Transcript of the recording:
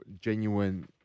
genuine